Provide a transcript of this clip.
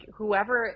whoever